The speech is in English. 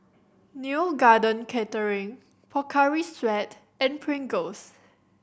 Neo Garden Catering Pocari Sweat and Pringles